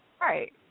Right